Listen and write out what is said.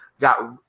got